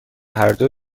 هردو